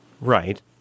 Right